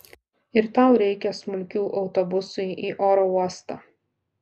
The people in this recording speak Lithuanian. ir tau reikia smulkių autobusui į oro uostą